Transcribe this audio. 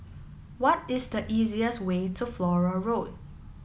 what is the easiest way to Flora Road